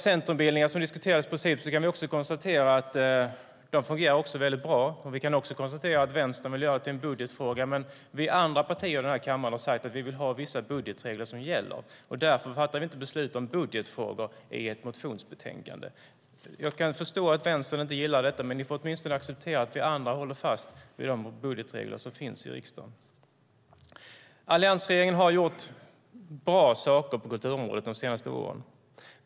Centrumbildningar, som diskuteras i princip, kan vi konstatera fungerar väldigt bra. Vi kan också konstatera att Vänstern vill göra det till en budgetfråga. Men vi andra partier i den här kammaren har sagt att vi vill att vissa budgetregler ska gälla. Därför fattar vi inte beslut om budgetfrågor utifrån ett motionsbetänkande. Jag kan förstå att Vänstern inte gillar detta, men ni får åtminstone acceptera att vi andra håller fast vid de budgetregler som finns i riksdagen. Alliansregeringen har gjort bra saker på kulturområdet de senaste åren.